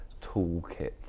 toolkit